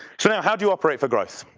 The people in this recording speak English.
so now, how do you operate for growth?